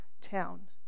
town